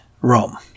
Rome